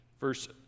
verse